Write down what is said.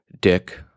dick